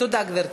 תודה, גברתי.